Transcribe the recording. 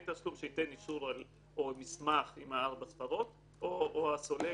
התשלום שייתן אישור או מסמך עם ארבע הספרות או הסולק.